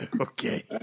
Okay